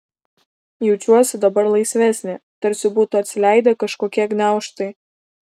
jaučiuosi dabar laisvesnė tarsi būtų atsileidę kažkokie gniaužtai